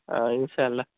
ان شاء اللہ